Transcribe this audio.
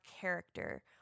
character